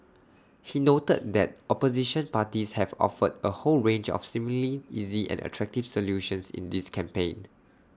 he noted that opposition parties have offered A whole range of seemingly easy and attractive solutions in this campaign